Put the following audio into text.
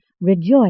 Rejoice